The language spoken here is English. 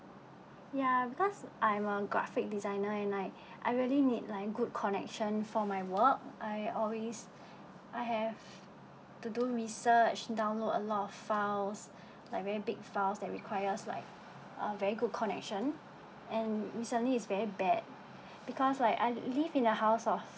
ya plus I'm a graphic designer and I I really need like good connection for my work I always I have to do research download a lot of files like very big files that requires like very good connection and recently it's very bad because like I live in a house of